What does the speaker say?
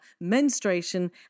menstruation